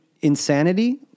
insanity